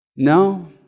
No